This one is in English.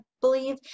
believe